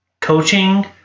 coaching